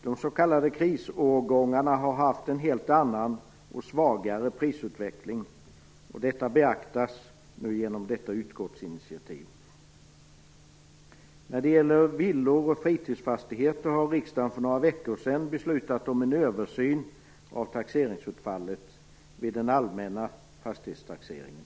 De s.k. krisårgångarna har haft en helt annan och svagare prisutveckling, och detta beaktas genom detta utskottsinitiativ. Vad gäller villor och fritidsfastigheter har riksdagen för några veckor sedan beslutat om en översyn av taxeringsutfallet vid den allmänna fastighetstaxeringen.